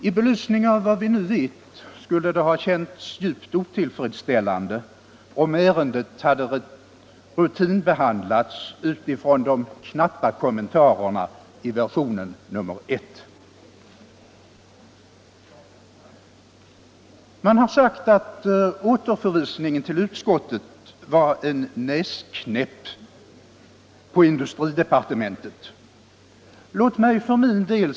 I belysning av vad vi nu vet skulle det ha känts djupt otillfredsställande, om ärendet rutinbehandlats utifrån de knappa kommentarerna i versionen nr 1. Man har sagt att återförvisningen till utskottet var en näsknäpp på industridepartementet.